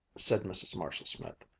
said mrs. marshall-smith.